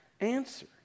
answer